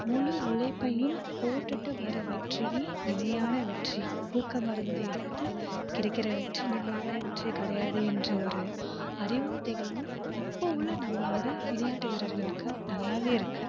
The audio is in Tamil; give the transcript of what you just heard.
முழு உழைப்பையும் போட்டுட்டு வர வெற்றி நிலையான வெற்றி ஊக்க மருந்து எடுத்து கிடைக்கிற வெற்றி நிலையான வெற்றி கிடையாது என்ற ஒரு அறிவும் தெளிவும் இப்போ உள்ள நம்பளோட விளையாட்டு வீரர்களுக்கு நல்லாவே இருக்குது